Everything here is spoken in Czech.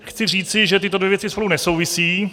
Chci říci, že tyto dvě věci spolu nesouvisí.